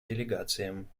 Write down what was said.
делегациям